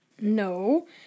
No